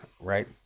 right